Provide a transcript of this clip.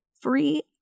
free